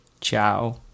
Ciao